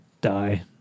die